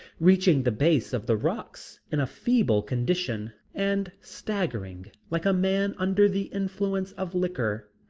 reaching the base of the rocks in a feeble condition and staggering like a man under the influence of liquor,